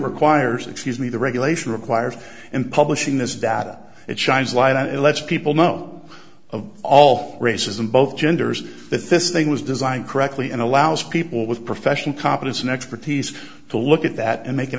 requires excuse me the regulation requires and publishing this data it shines light on it let's people know of all races and both genders if this thing was designed correctly and allows people with professional competence and expertise to look at that and make it